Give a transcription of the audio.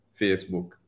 facebook